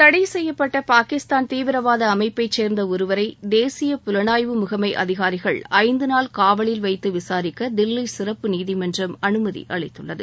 தடை செய்யப்பட்ட பாகிஸ்தான் தீவிரவாத அமைப்பை சேர்ந்த ஒருவரை தேசிய புலனாய்வு முகமை அதிகாரிகள் ஐந்து நாள் காவலில் வைத்து விசாரிக்க தில்லி சிறப்பு நீதிமன்றம் அனுமதி அளித்துள்ளது